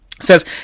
says